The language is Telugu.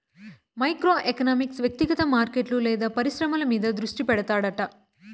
మైక్రో ఎకనామిక్స్ వ్యక్తిగత మార్కెట్లు లేదా పరిశ్రమల మీద దృష్టి పెడతాడట